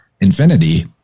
infinity